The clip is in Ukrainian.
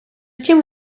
тім